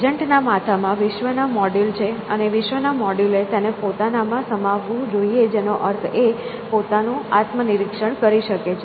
agent ના માથામાં વિશ્વના મોડ્યુલ છે અને વિશ્વના મોડ્યુલે તેને પોતાનામાં સમાવવું જોઈએ જેનો અર્થ તે પોતાનું આત્મનિરીક્ષણ કરી શકે છે